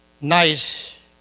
nice